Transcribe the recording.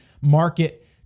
market